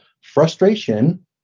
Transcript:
frustration